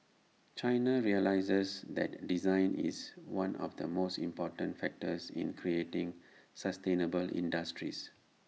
China realises that design is one of the most important factors in creating sustainable industries